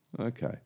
Okay